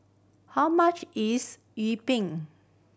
how much is yi